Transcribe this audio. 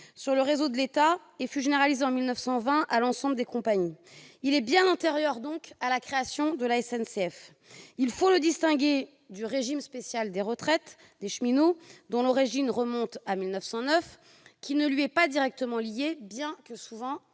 sur le réseau de l'État et fut généralisé en 1920 à l'ensemble des compagnies. Il est donc bien antérieur à la création de la SNCF. Il faut le distinguer du régime spécial des retraites des cheminots, dont l'origine remonte à 1909, qui ne lui est pas directement lié, bien qu'il